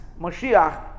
Mashiach